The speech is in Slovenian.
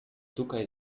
tukaj